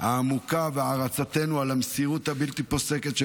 העמוקה והערצתנו על המסירות הבלתי-פוסקת של